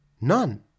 none